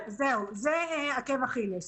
זה עקב אכילס.